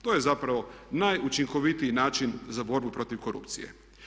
To je zapravo najučinkovitiji način za borbu protiv korupcije.